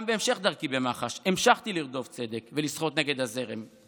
גם בהמשך דרכי במח"ש המשכתי לרדוף צדק ולשחות נגד הזרם,